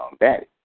Daddy